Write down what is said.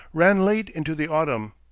ran late into the autumn.